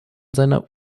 seiner